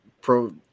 pro